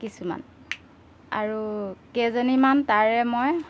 কিছুমান আৰু কেইজনীমান তাৰে মই